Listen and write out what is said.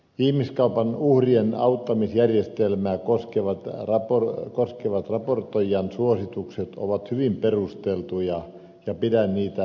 ihmiskaupan uhrien auttamisjärjestelmää koskevat raportoijan suositukset ovat hyvin perusteltuja ja pidän niitä toteuttamiskelpoisina